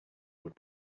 would